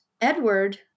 Edward